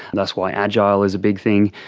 that's why agile is a big thing.